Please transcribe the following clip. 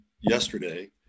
yesterday